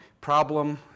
problem